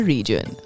Region